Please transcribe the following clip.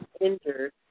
injured